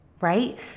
right